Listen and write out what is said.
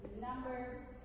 number